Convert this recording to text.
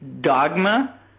dogma